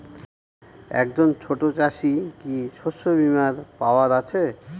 একজন ছোট চাষি কি শস্যবিমার পাওয়ার আছে?